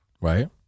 right